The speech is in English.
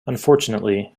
unfortunately